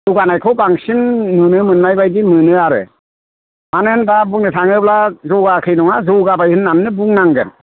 जौगानायखौ बांसिन नुनो मोन्नाय बादि मोनो आरो मानो होनबा बुंनो थाङोब्ला जौगायाखै नङा जौगाबाय होननानैनो बुंनांगोन